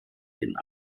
den